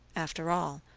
after all,